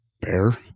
Bear